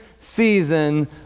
season